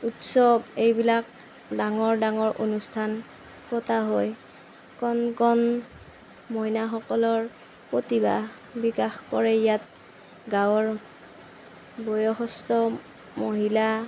উৎসৱ এইবিলাক ডাঙৰ ডাঙৰ অনুষ্ঠান পতা হয় কণ কণ মইনাসকলৰ প্ৰতিভা বিকাশ কৰে ইয়াত গাঁৱৰ বয়সস্থ মহিলা